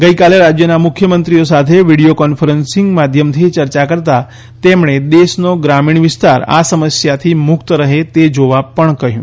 ગઇકાલે રાજ્યોના મુખ્યમંત્રીઓ સાથે વિડીયો કોન્ફરન્સીંગ માધ્યમથી ચર્ચા કરતા તેમણે દેશનો ગ્રામીણ વિસ્તાર આ સમસ્યાથી મુક્ત રહે તે જોવા પણ કહ્યું